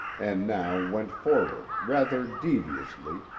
and now went forward, rather deviously,